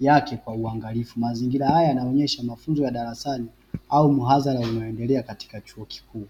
yake kwa uangalifu. Mazingira haya yanaonyesha mafunzo ya darasani au mhadhara unaendelea katika chuo kikuu.